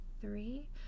three